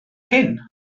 hyn